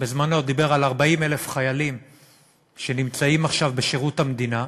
בזמנו דיבר על 40,000 חיילים שנמצאים עכשיו בשירות המדינה,